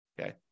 Okay